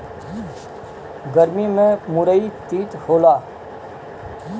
गरमी में मुरई तीत होला